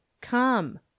come